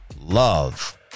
love